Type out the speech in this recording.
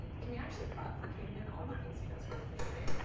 and can we actually clap for caden and all the things he does for our community?